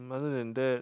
other than that